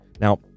Now